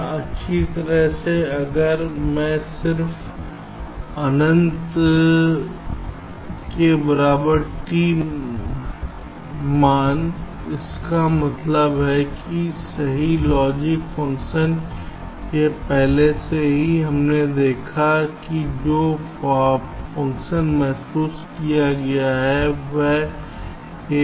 यहाँ अच्छी तरह से और अगर मैं सिर्फ अनंत के बराबर t मान इसका मतलब है सही लॉजिक फ़ंक्शन यह पहले से ही हमने देखा है और जो फ़ंक्शन महसूस किया गया है वह a बार b बार c है